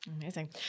Amazing